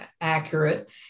accurate